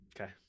Okay